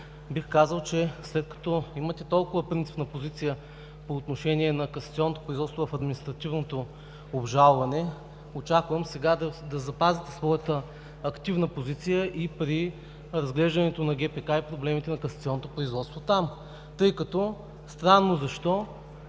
бих казал, че след като имате толкова принципна позиция по отношение на касационното производство в административното обжалване, очаквам сега да запазите своята активна позиция и при разглеждането на ГПК и проблемите на касационното производство там, тъй като странно защо